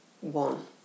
One